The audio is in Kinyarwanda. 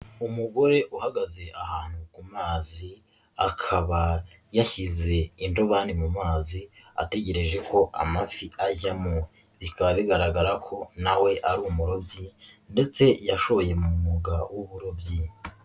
Umugore uhagaze ahantu ku mazi akaba yashyize indobani mu mazi ategereje ko amafi ajyamo, bikaba bigaragara ko na we ari umurobyi ndetse yashoye mu mwuga w'uburobyi.